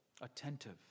Attentive